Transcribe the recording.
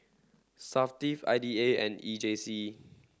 SAFTIF I D A and E J C